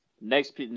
Next